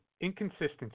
Inconsistency